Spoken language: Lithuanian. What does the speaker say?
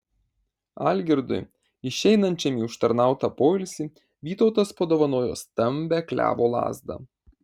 algirdui išeinančiam į užtarnautą poilsį vytautas padovanojo stambią klevo lazdą